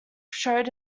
showed